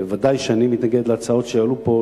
ודאי שאני מתנגד להצעות שעלו פה,